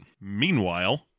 Meanwhile